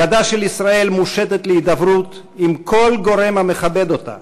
ידה של ישראל מושטת להידברות עם כל גורם המכבד אותה